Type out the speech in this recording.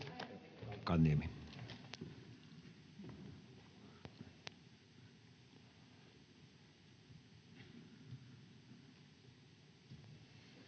katsotaan,